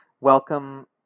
welcome